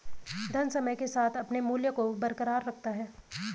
धन समय के साथ अपने मूल्य को बरकरार रखता है